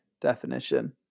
definition